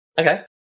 Okay